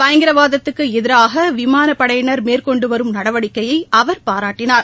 பயங்கரவாதத்துக்குஎதிராகவிமானப்படையினர் மேற்கொண்டுவரும் நடவடிக்கையைஅவர் பாரட்டினார்